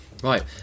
Right